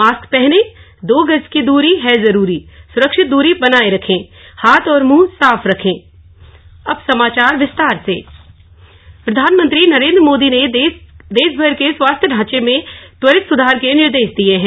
mask पहनें दो गज दूरी है जरूरी सुरक्षित दूरी बनाये रखें हाथ और मुंह साफ रखें स्वास्थ्य ढांचा सुधार निर्देश प्रधानमंत्री नरेन्द्र मोदी ने देशभर के स्वास्थ्य ढांचे में त्वरित सुधार के निर्देश दिए हैं